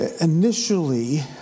initially